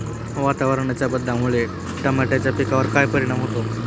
वातावरणाच्या बदलामुळे टमाट्याच्या पिकावर काय परिणाम होतो?